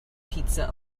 pizza